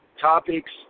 topics